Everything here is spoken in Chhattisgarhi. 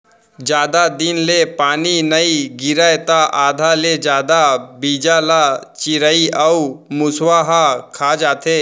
जादा दिन ले पानी नइ गिरय त आधा ले जादा बीजा ल चिरई अउ मूसवा ह खा जाथे